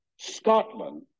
Scotland